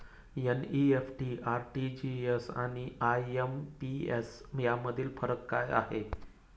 NEFT, RTGS आणि IMPS यामधील फरक काय आहे?